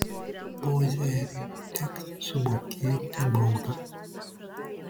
mozeriui teks sumokėti baudą